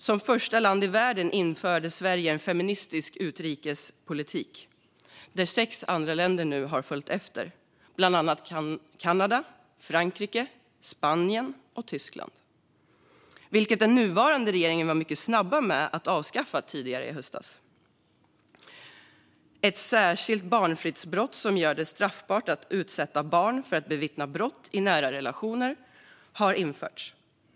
Som första land i världen införde Sverige en feministisk utrikespolitik som sex andra länder nu har följt efter, bland annat Kanada, Frankrike, Spanien och Tyskland. Den nuvarande regeringen var mycket snabb med att avskaffa detta tidigare i höstas. Ett särskilt barnfridsbrott som gör det straffbart att utsätta barn för att bevittna brott i nära relation har införts.